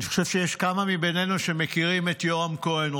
אני חושב שיש כמה מביננו שמכירים את יורם כהן,